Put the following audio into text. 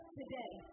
today